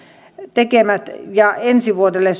tekemät ja ensi vuodelle